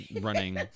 running